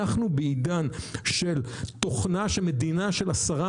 אנחנו בעידן של תוכנה של מדינה של עשרה